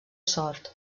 sord